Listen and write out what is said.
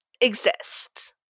exist